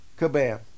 Kabam